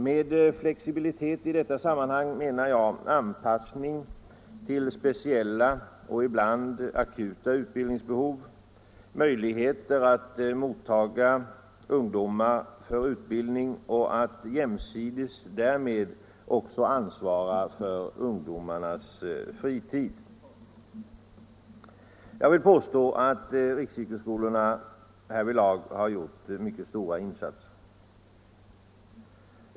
Med flexibilitet i detta sammanhang menar jag anpassning till speciella och ibland akuta utbildningsbehov, möjligheter att mottaga ungdomar för utbildning och att jämsides därmed också ansvara för ungdomarnas fritid. Jag vill påstå att riksyrkesskolorna härvidlag har gjort mycket stora insatser.